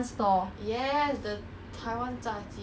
你不要 dress up then 你买这样多衣服做什么